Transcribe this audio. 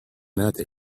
nothing